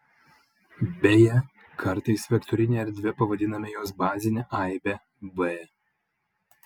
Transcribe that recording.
beje kartais vektorine erdve pavadiname jos bazinę aibę v